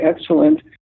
excellent